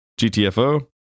GTFO